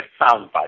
soundbite